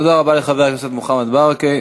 תודה רבה לחבר הכנסת מוחמד ברכה.